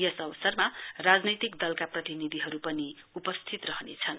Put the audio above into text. यस अवसरमा राजनैतिक दलका प्रतिनिधिहरु पनि उपस्थिती रहनेछन्